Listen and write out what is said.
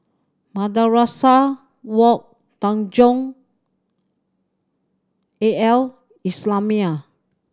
Madrasah Wak Tanjong A L Islamiah